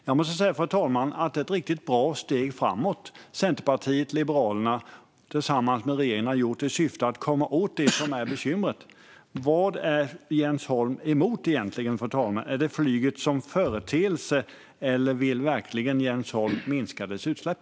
Jag måste säga, fru talman, att det är ett riktigt bra steg framåt som Centerpartiet och Liberalerna har tagit tillsammans med regeringen i syfte att komma åt det som är bekymret. Vad är Jens Holm egentligen emot? Är det flyget som företeelse, eller vill Jens Holm verkligen minska dess utsläpp?